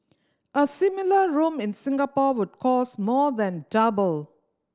a similar room in Singapore would cost more than double